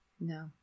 No